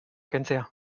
kentzea